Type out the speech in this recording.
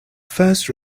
first